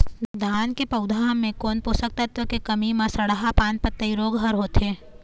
धान के पौधा मे कोन पोषक तत्व के कमी म सड़हा पान पतई रोग हर होथे?